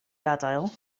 gadael